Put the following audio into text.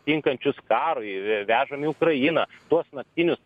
tinkančius karui vežam į ukrainą tuos naktinius